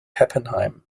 heppenheim